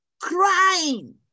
crying